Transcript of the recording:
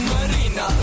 Marina